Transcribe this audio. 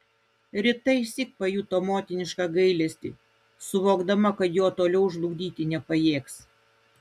rita išsyk pajuto motinišką gailestį suvokdama kad jo toliau žlugdyti nepajėgs